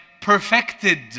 perfected